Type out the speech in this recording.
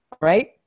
right